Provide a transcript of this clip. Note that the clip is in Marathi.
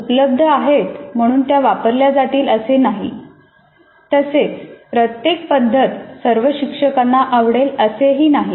पण उपलब्ध आहेत म्हणून त्या वापरल्या जातील असे नाही तसेच प्रत्येक पद्धत सर्व शिक्षकांना आवडेल असेही नाही